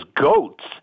goats